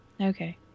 Okay